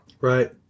right